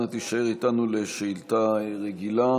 אנא תישאר איתנו לשאילתה רגילה,